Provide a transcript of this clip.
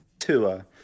Tua